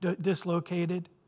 dislocated